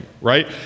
right